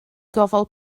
gofal